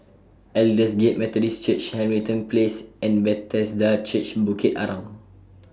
Aldersgate Methodist Church Hamilton Place and Bethesda Church Bukit Arang